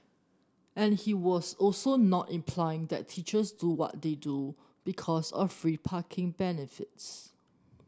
and he was also not implying that teachers do what they do because of free parking benefits